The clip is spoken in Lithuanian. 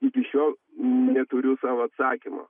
iki šiol neturiu savo atsakymo